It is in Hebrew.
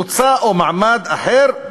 מוצא או מעמד אחר.